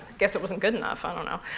guess it wasn't good enough, i don't know.